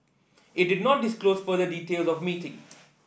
it did not disclose further details of meeting